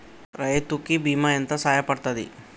రైతు కి బీమా ఎంత సాయపడ్తది?